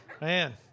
man